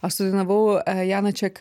aš sudainavau janaček